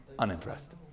Unimpressed